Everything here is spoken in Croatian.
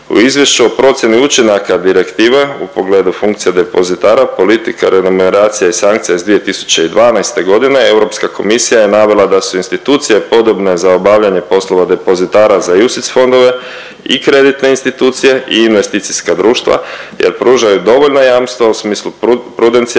U Izvješću o procijeni učinaka direktiva u pogledu funkcija depozitira, politika, remuneracija i sankcija iz 2012.g. Europska komisija je navela da su institucije podobne za obavljanje poslova depozitara za UCITS fondove i kreditne institucije i investicijska društva jer pružaju dovoljna jamstva u smislu prodencijalne